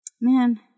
Man